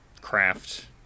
craft